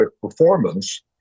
performance